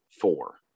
four